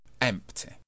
empty